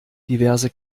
diverse